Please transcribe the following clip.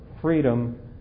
freedom